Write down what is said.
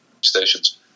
stations